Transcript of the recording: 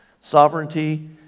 Sovereignty